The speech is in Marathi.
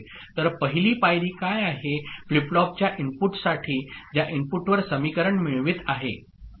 तर पहिली पायरी काय आहे फ्लिप फ्लॉपच्या इनपुटसाठी च्या इनपुटवर समीकरण मिळवित आहे